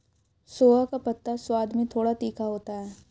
सोआ का पत्ता स्वाद में थोड़ा तीखा होता है